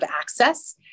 access